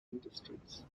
industries